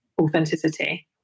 authenticity